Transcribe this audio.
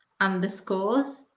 underscores